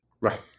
Right